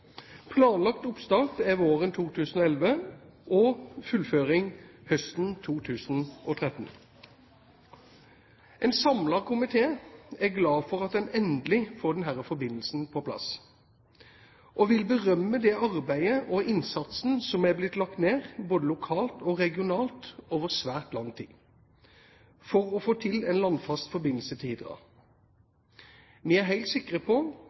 Planlagt oppstart er våren 2011, med fullføring høsten 2013. En samlet komité er glad for at en endelig får denne forbindelsen på plass, og vil berømme det arbeidet og den innsatsen som er blitt lagt ned både lokalt og regionalt over svært lang tid for å få til en landfast forbindelse til Hidra. Vi er helt sikre på